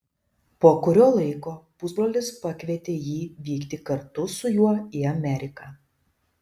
po kurio laiko pusbrolis pakvietė jį vykti kartu su juo į ameriką